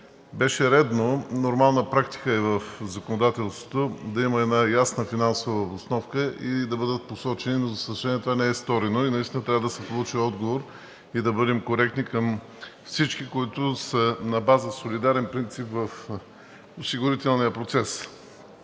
Беше редно и нормална практика е в законодателството да има една ясна финансова обосновка и да бъдат посочени, но за съжаление, това не е сторено и наистина трябва да се получи отговор и да бъдем коректни към всички, които са на база солидарен принцип в осигурителния процес.